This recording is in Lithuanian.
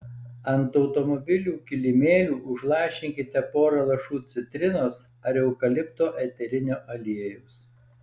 ant automobilių kilimėlių užlašinkite porą lašų citrinos ar eukalipto eterinio aliejaus